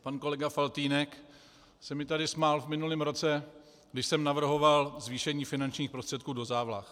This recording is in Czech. Pan kolega Faltýnek se mi tady smál v minulém roce, když jsem navrhoval zvýšení finančních prostředků do závlah.